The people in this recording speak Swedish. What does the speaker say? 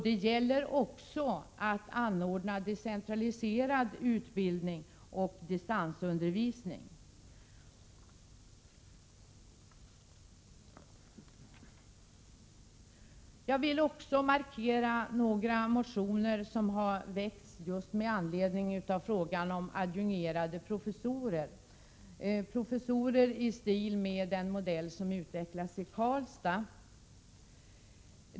Det gäller också att anordna decentraliserad utbildning och distansundervisning. Jag vill också ta upp några motioner som har väckts med anledning av frågan om adjungerade professorer, dvs. sådana professorer som har börjat verka i Karlstad.